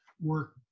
work